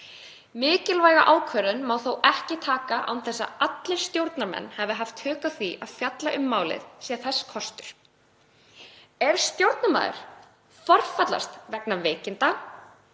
Mikilvæga ákvörðun má þó ekki taka án þess að allir stjórnarmenn hafi haft tök á því að fjalla um málið sé þess kostur. Ef stjórnarmaður forfallast vegna veikinda,